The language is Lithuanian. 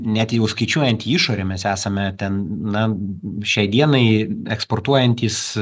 net jeigu skaičiuojant į išorę mes esame ten na šiai dienai eksportuojantys